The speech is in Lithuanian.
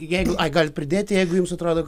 jeigu galit pridėti jeigu jums atrodo